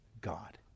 God